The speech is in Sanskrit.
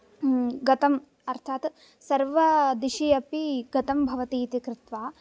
गतम् अर्थात् सर्वादिशि अपि गतं भवति इति कृत्वा